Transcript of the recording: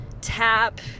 tap